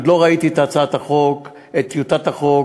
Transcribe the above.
אני עוד לא ראיתי את הצעת החוק, את טיוטת החוק.